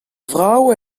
vrav